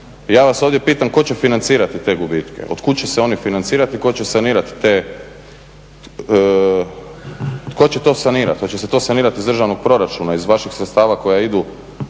Ja vas ovdje pitam tko će financirati te gubitke, od kud će se oni financirati i tko će sanirati, tko će to sanirati? Hoće se to sanirati iz državnog proračuna, iz vaših sredstava koja idu